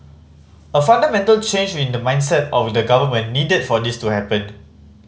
a fundamental change in the mindset of the government needed for this to happen